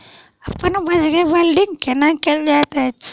अप्पन उपज केँ ब्रांडिंग केना कैल जा सकैत अछि?